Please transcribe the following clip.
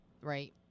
right